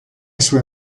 sue